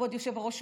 כבוד יושב-ראש,